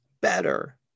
better